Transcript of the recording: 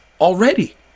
already